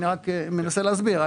אני מנסה להסביר.